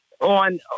on